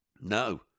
No